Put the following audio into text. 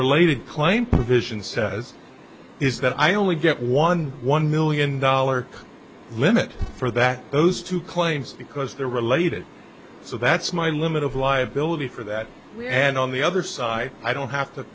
related claim provision says is that i only get one one million dollar limit for that those two claims because they're related so that's my limit of liability for that and on the other side i don't have to